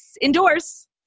indoors